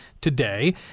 today